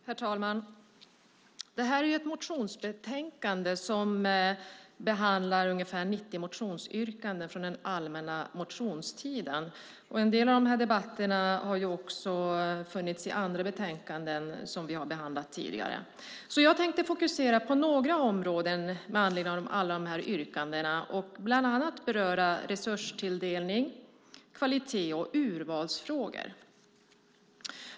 Herr talman! Detta är ett motionsbetänkande som behandlar ungefär 90 motionsyrkanden från den allmänna motionstiden. En del av frågorna har också funnits med i andra betänkanden som vi har behandlat tidigare. Jag tänker fokusera på några områden med anledning av alla yrkandena och bland annat beröra resurstilldelnings-, kvalitets och urvalsfrågor.